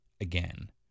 again